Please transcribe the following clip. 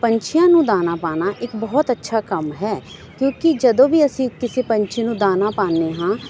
ਪੰਛੀਆਂ ਨੂੰ ਦਾਣਾ ਪਾਣਾ ਇੱਕ ਬਹੁਤ ਅੱਛਾ ਕੰਮ ਹੈ ਕਿਉਂਕਿ ਜਦੋਂ ਵੀ ਅਸੀਂ ਕਿਸੇ ਪੰਛੀ ਨੂੰ ਦਾਣਾ ਪਾਂਦੇ ਹਾਂ